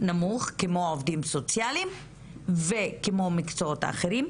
כמו עובדים סוציאליים וכמו מקצועות אחרים,